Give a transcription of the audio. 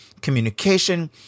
Communication